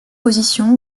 positions